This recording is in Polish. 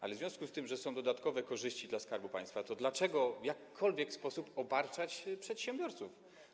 Ale w związku z tym, że są tu dodatkowe korzyści dla Skarbu Państwa, dlaczego w jakikolwiek sposób obarczać tym przedsiębiorców?